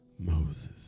Moses